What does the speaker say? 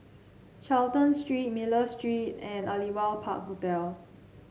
Charlton Street Miller Street and Aliwal Park Hotel